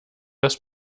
das